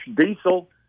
diesel